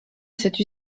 cette